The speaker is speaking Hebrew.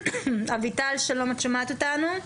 אביטל שלום, את שומעת אותנו?